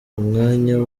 umwanya